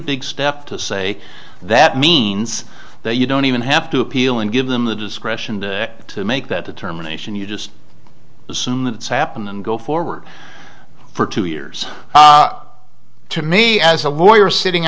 big step to say that means that you don't even have to appeal and give them the discretion to make that determination you just assume that it's happened and go forward for two years to me as a lawyer sitting